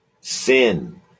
Sin